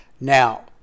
Now